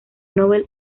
nobel